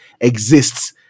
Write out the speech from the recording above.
exists